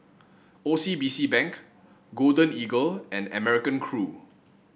O C B C Bank Golden Eagle and American Crew